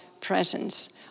presence